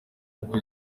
uko